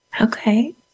Okay